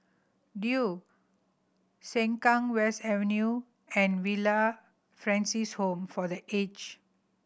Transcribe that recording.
Duo Sengkang West Avenue and Villa Francis Home for The Aged